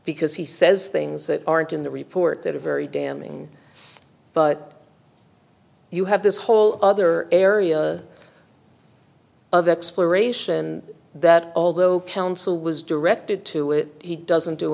because he says things that aren't in the report that are very damning but you have this whole other area of exploration that although council was directed to it he doesn't do